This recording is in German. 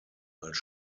als